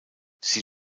sie